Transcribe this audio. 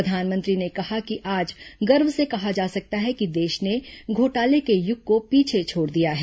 प्रधानमंत्री ने कहा कि आज गर्व से कहा जा सकता है कि देश ने घोटाले के युग को पीछे छोड़ दिया है